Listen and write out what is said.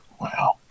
Wow